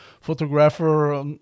photographer